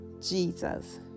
Jesus